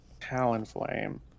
Talonflame